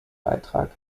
beitrag